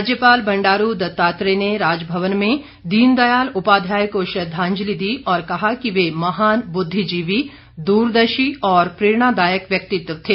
राज्यपाल बंडारू दत्तात्रेय ने राजभवन में दीनदयाल उपाध्याय को श्रद्धांजलि दी और कहा कि वे महान बुद्धिजीवी द्रदर्शी और प्रेरणादायक व्यक्तित्व थे